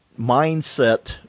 mindset